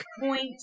point